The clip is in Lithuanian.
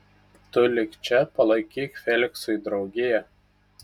tu lik čia palaikyk feliksui draugiją